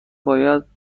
باید